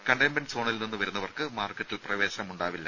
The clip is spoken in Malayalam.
കണ്ടെയ്ൻമെന്റ് സോണിൽ നിന്ന് വരുന്നവർക്ക് മാർക്കറ്റിൽ പ്രവേശനം ഉണ്ടാവില്ല